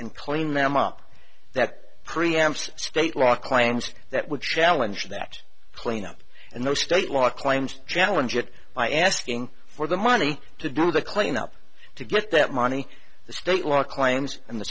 and clean them up that preamps state law claims that would challenge that cleanup and the state law claims challenge it by asking for the money to do the cleanup to get that money the state law claims and the